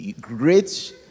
great